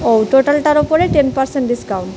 ও টোটালটার ওপরে ten percent discount